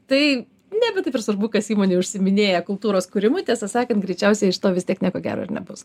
tai nebe taip ir svarbu kas įmonėj užsiiminėja kultūros kūrimu tiesą sakant greičiausiai iš to vis tiek nieko gero ir nebus